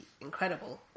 incredible